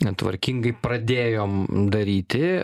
na tvarkingai pradėjom daryti